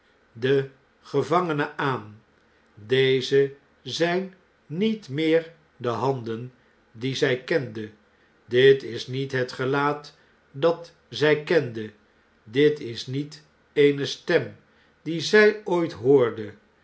den gevangene aan deze zjn niet meer de handen die zjj kende dit is niet het gelaat dat zg kende dit is niet eene stem die zg ooit hoorde